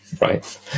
Right